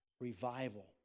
revival